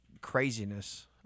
craziness